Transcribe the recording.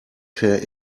per